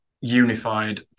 unified